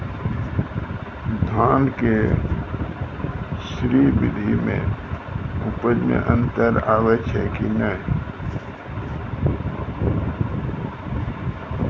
धान के स्री विधि मे उपज मे अन्तर आबै छै कि नैय?